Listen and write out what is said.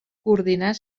coordinar